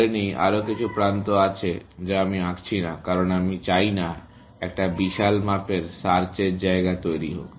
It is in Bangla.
ধরে নেই আরও কিছু প্রান্ত আছে যা আমি আঁকছি না কারণ আমরা চাই না একটি বিশাল মাপের সার্চ এর জায়গা তৈরী হোক